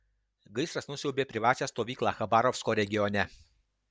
gaisras nusiaubė privačią stovyklą chabarovsko regione